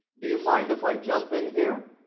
do you mind if i jump in here?